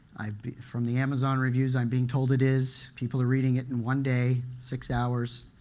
i've been from the amazon reviews, i'm being told it is. people are reading it in one day, six hours.